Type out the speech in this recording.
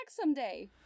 someday